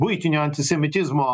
buitinio antisemitizmo